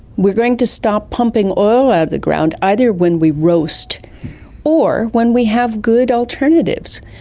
we are going to stop pumping oil out of the ground, either when we roast or when we have good alternatives.